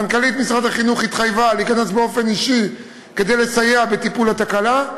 מנכ"לית משרד החינוך התחייבה להיכנס באופן אישי כדי לסייע בטיפול התקלה.